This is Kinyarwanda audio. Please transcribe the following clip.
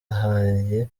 haye